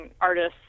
artists